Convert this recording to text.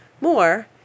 more